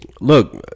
Look